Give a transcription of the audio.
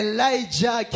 Elijah